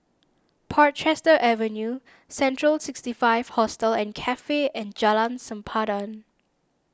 Portchester Avenue Central sixty five Hostel and Cafe and Jalan Sempadan